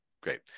Great